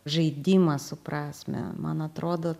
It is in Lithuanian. žaidimas su prasme man atrodo